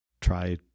try